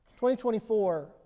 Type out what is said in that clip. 2024